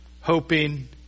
Hoping